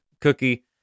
Cookie